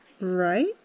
Right